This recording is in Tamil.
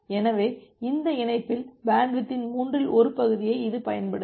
எனவே இந்த இணைப்பில் பேண்ட்வித்தின் மூன்றில் ஒரு பகுதியை இது பயன்படுத்தும்